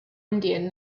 indian